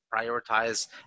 prioritize